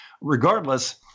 Regardless